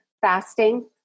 fasting